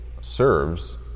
serves